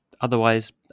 Otherwise